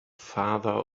farther